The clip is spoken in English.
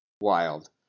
wild